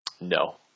No